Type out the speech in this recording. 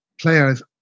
players